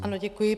Ano, děkuji.